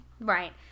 Right